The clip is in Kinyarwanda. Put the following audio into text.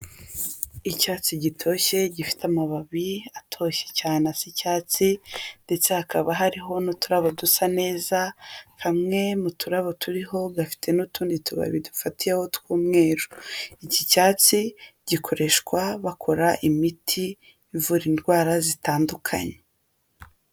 Icyatsi gitoshye, gifite amababi atoshye cyane asa icyatsi, ndetse hakaba hariho n'uturabo dusa neza, kamwe muturabo turiho gafite n'utundi tubabi dufatiyeho tw'umweru. Iki cyatsi gikoreshwa bakora imiti ivura indwara zitandukanye.